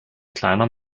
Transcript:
kleiner